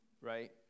right